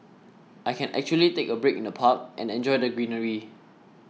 I can actually take a break in the park and enjoy the greenery